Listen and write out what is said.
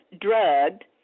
drugged